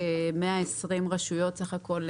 סמי,